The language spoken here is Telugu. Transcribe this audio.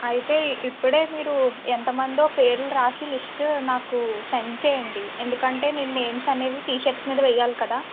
అయితే ఇప్పుడే మీరు ఎంతమందో పేర్లు రాసి లిస్ట్ నాకు సెండ్ చెయ్యండి ఎందుకంటే నేను నేమ్స్ అనేవి టీషర్ట్స్ మీద వెయ్యాలి కదా